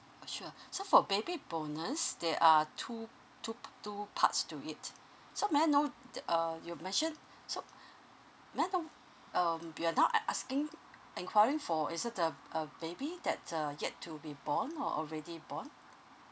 sure so for baby bonus there are two two two parts to it so may I know uh you mentioned so may I know um you're now a~ asking enquiring for is it the uh baby that's uh yet to be born or already born